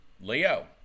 Leo